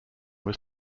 was